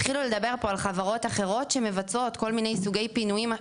התחילו לדבר פה על חברות אחרות שמבצעות כל מיני סוגי פינויים.